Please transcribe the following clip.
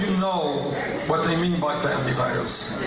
know what they mean by family values.